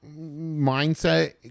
mindset